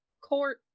court